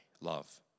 love